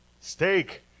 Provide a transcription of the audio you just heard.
Steak